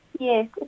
Yes